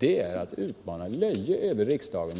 är att framkalla löje över riksdagen.